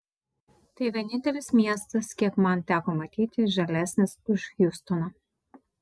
tai vienintelis miestas kiek man teko matyti žalesnis už hjustoną